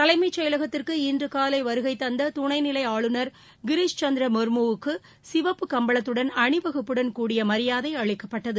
தலைமைச் செயலகத்திற்கு இன்று காலை வருகைதந்த துணைநிலை ஆளுநர் கிரிஷ்சந்திர முர்மூ வுக்கு சிவப்பு கம்பளத்துடன் அணிவகுப்புடன் கூடிய மரியாதை அளிக்கப்பட்டது